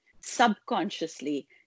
subconsciously